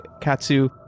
Katsu